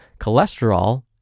cholesterol